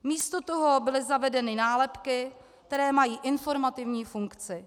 Místo toho byly zavedeny nálepky, které mají informativní funkci.